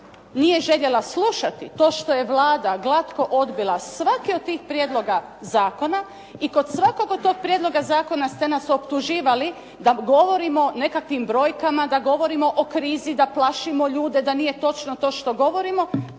nije željela slušati to što je Vlada glatko odbila svaki od tih prijedloga zakona i kod svakoga toga prijedloga zakona ste nas optuživali da govorimo o nekakvim brojkama, da govorimo o krizi, da plašimo ljude, da nije točno to što govorimo.